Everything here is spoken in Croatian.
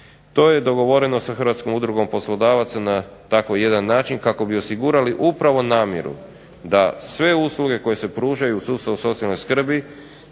To je dogovoreno sa Hrvatskom udrugom poslodavaca na tako jedan način kako bi osigurali upravo namjeru da sve usluge koje se pružaju u sustavu socijalne skrbi